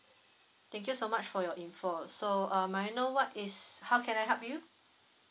thank you so much for your info so uh may I know what is how can I help you